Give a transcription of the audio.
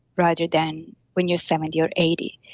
rather than when you're seventy or eighty.